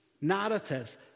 narrative